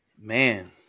Man